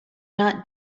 not